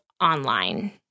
online